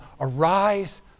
Arise